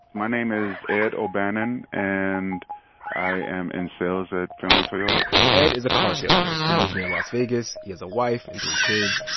my name is ed o'bannon, and i am in sales with findlay toyota ed is a car salesman. he lives near las vegas. he has a wife and three kids.